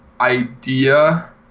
idea